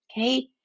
okay